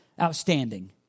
outstanding